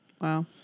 Wow